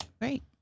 Great